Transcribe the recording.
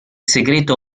segreto